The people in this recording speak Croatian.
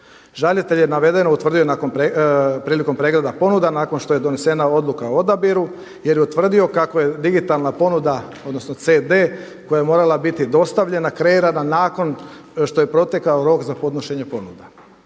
Žalitelj je navedeno utvrdio prilikom pregleda ponuda nakon što je donesena odluka o odabiru, jer je utvrdio kako je digitalna ponuda, odnosno CD koja je morala biti dostavljena kreirana nakon što je protekao rok za podnošenje ponuda.